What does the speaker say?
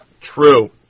true